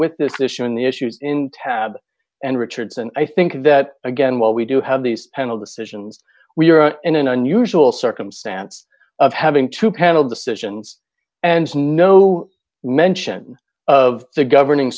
with this issue on the issues in tab and richardson i think that again what we do have these panel decisions we are in an unusual circumstance of having to panel decisions and no mention of the governing